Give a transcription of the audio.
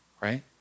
right